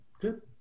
good